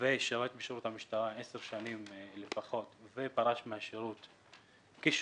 ושירת בשירות המשטרה עשר שנים לפחות ופרש מהשירות כשוטר,